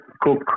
cook